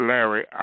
Larry